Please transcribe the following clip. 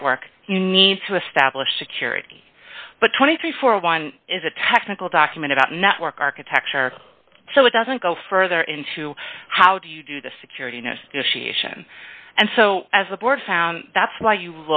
network you need to establish security but twenty three for one is a technical document about network architecture so it doesn't go further into how do you do the security you know she asian and so as the board found that's why you